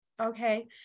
Okay